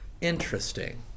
Interesting